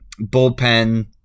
Bullpen